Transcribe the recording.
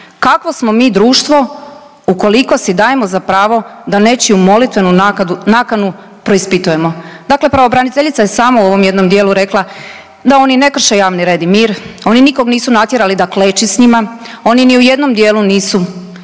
Kakvo smo mi društvo ukoliko si dajemo za pravo da nečiju molitvenu nakanu preispitujemo. Dakle pravobraniteljica je sama u ovom jednom dijelu rekla da oni ne krše javni red i mir. Oni nikog nisu natjerali da kleči s njima, oni ni u jednom dijelu nisu